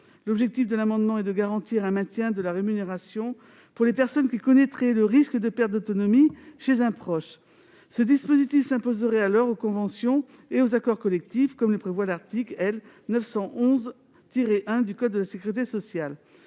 L'objet de cet amendement est de garantir un maintien de la rémunération pour les personnes qui assumeraient la charge d'un proche en perte d'autonomie. Ce dispositif s'imposerait aux conventions et aux accords collectifs, comme le prévoit l'article L. 911-1 du code de la sécurité sociale.